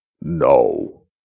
No